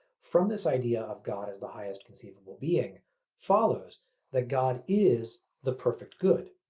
from this idea of god as the highest conceivable being follows that god is the perfect good.